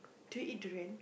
do you eat durian